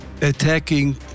attacking